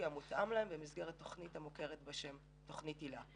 המותאם להם במסגרת תכנית המוכרת בשם "היל"ה".